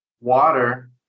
water